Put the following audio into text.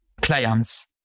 clients